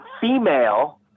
female